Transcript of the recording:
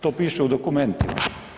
To piše u dokumentima.